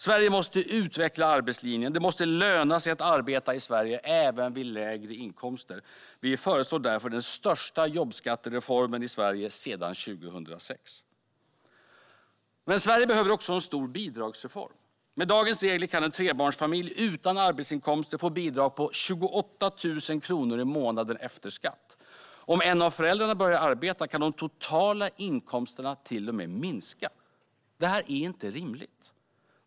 Sverige måste utveckla arbetslinjen. Det måste löna sig att arbeta i Sverige även vid lägre inkomster. Vi föreslår därför den största jobbskattereformen i Sverige sedan 2006. Men Sverige behöver också en stor bidragsreform. Med dagens regler kan en trebarnsfamilj utan arbetsinkomster få bidrag på 28 000 kronor i månaden efter skatt. Om en av föräldrarna börjar att arbeta kan de totala inkomsterna till och med minska. Detta är inte rimligt.